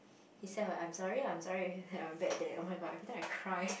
he said oh I'm sorry I'm sorry I was a bad dad oh-my-god every time I cry